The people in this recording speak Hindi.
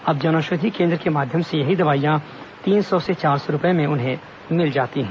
अब जनऔषधि केन्द्र के माध्यम से यही दवाइयां तीन सौ से चार सौ रूपए में उन्हें मिल जाती हैं